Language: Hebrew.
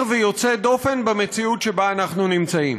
ויוצא דופן במציאות שבה אנחנו נמצאים.